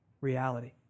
reality